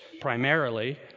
primarily